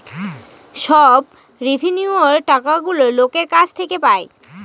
সব রেভিন্যুয়র টাকাগুলো লোকের কাছ থেকে পায়